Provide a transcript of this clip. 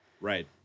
Right